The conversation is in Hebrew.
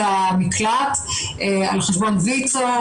את המקלט על חשבון ויצ"ו,